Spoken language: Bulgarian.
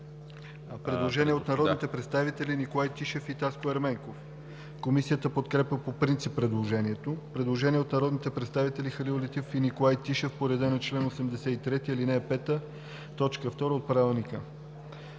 Предложение от народните представители Николай Тишев и Таско Ерменков. Комисията подкрепя по принцип предложението. Предложение от народните представители Халил Летифов и Николай Тишев по реда на чл. 83, ал. 5, т. 2 от Правилника.